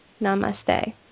Namaste